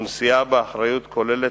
ונשיאה באחריות כוללת